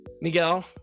Miguel